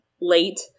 late